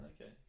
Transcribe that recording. Okay